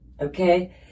Okay